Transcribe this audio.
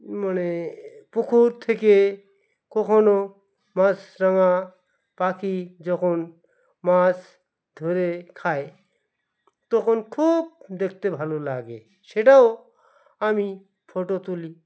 মানে পুকুর থেকে কখনও মাছরাঙা পাখি যখন মাছ ধরে খায় তখন খুব দেখতে ভালো লাগে সেটাও আমি ফটো তুলি